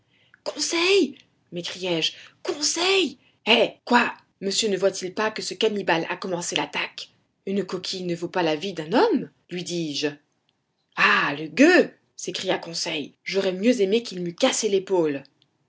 conseil m'écriai-je conseil eh quoi monsieur ne voit-il pas que ce cannibale a commencé l'attaque une coquille ne vaut pas la vie d'un homme lui dis-je ah le gueux s'écria conseil j'aurais mieux aimé qu'il m'eût cassé l'épaule